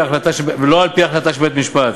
ולא על-פי החלטה של בית-משפט,